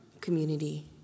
community